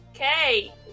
Okay